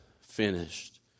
finished